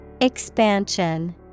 Expansion